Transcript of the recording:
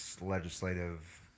legislative